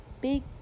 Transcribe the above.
Big